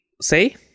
Say